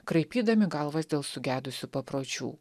kraipydami galvas dėl sugedusių papročių